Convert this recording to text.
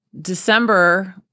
December